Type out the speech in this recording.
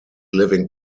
living